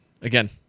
again